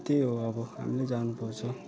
त्यही हो हामीले जानु पर्छ